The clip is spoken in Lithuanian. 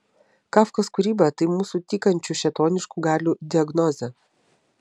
kafkos kūryba tai mūsų tykančių šėtoniškų galių diagnozė